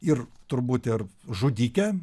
ir turbūt ir žudikė